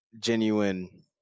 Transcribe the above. genuine